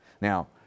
now